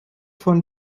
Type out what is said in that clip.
von